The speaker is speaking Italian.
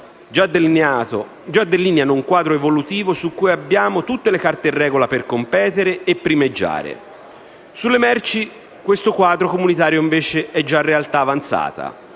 già delineano un quadro evolutivo su cui abbiamo tutte le carte in regola per competere e primeggiare. Sulle merci questo quadro comunitario invece è già realtà avanzata.